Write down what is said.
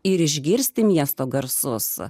ir išgirsti miesto garsus